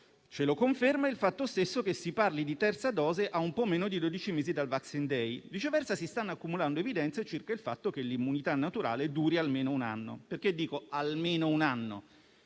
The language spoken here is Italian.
Ce lo conferma il fatto stesso che si parli di terza dose a un po' meno di dodici mesi dal *vaccine day*; viceversa, si stanno accumulando evidenze circa il fatto che l'immunità naturale duri almeno un anno. Perché dico almeno un anno?